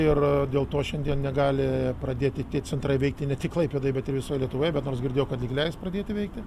ir dėl to šiandien negali pradėti tie centrai veikti ne tik klaipėdoj bet ir visoj lietuvoj bet nors girdėjau kad lyg leis pradėti veikti